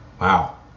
Wow